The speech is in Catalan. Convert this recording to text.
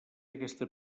aquesta